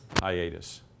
hiatus